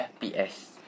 FPS